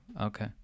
Okay